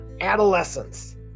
adolescence